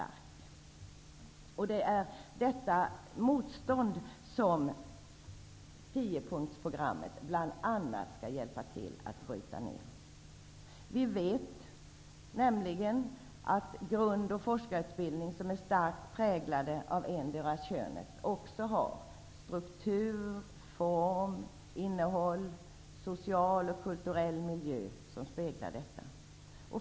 Det är detta motstånd som tiopunktsprogrammet bl.a. skall hjälpa till att bryta ned. Vi vet nämligen att grund och forskarutbildning som är starkt präglad av endera könet också har struktur, form, innehåll samt social och kulturell miljö som speglar detta.